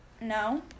No